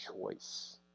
choice